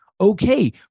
okay